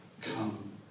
come